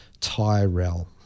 Tyrell